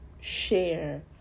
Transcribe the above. share